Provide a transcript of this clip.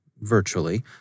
virtually